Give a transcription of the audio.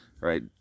right